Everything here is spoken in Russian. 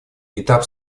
этап